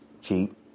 cheap